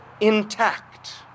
intact